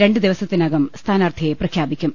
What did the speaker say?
രണ്ട് ദിവസത്തിനകം സ്ഥാനാർഥിയെ പ്രഖ്യാപിക്കും